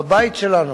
בבית שלנו,